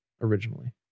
originally